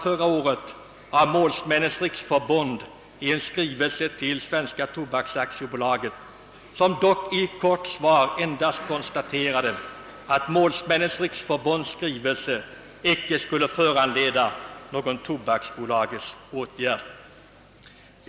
Reglernas bristfällighet påtalades ju förra året av Målsmännens riksförbund i en skrivelse till Svenska tobaksaktiebolaget, som dock i ett kort svar endast konstaterade att Målsmännens riksförbunds skrivelse icke skulle föranleda någon bolagets åtgärd.